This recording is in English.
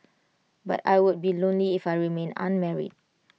but I would be lonely if I remained unmarried